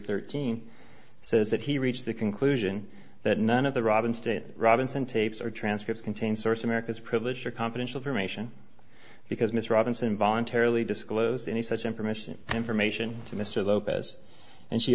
thirteen says that he reached the conclusion that none of the robin stated robinson tapes or transcripts contain source america's privileged or confidential information because ms robinson voluntarily disclose any such information information to mr lopez and she